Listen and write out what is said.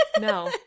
No